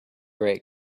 great